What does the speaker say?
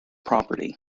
property